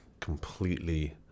completely